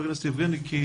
חבר הכנסת יבגני,